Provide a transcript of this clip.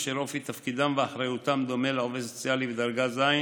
אשר אופי תפקידם ואחריותם דומה לעובד סוציאלי בדרגה ז':